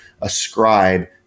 ascribe